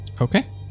Okay